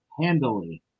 handily